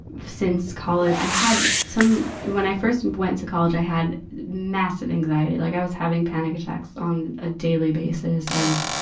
since college. i had some, when i first went to college, i had massive anxiety. like was having panic attacks on a daily basis. i was,